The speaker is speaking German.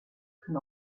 kann